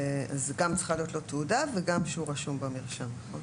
צריכים להיות לו גם תעודה וגם רישום במרשם.